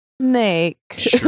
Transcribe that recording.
snake